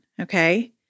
Okay